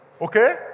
okay